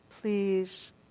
please